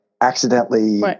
accidentally